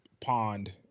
Pond